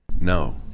No